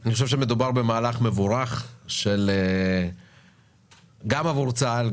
אני חושב שמדובר במהלך מבורך שהוא גם עבור צה"ל,